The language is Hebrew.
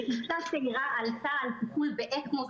ואישה צעירה עלתה על טיפול באקמו,